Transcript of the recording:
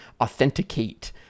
authenticate